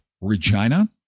Regina